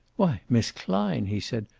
why, miss klein! he said.